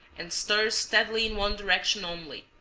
and stir steadily in one direction only,